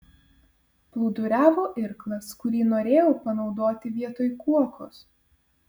plūduriavo irklas kurį norėjau panaudoti vietoj kuokos